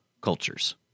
cultures